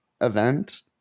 event